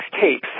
tapes